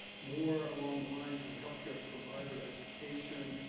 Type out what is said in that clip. more along the lines of healthcare provider education.